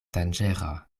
danĝera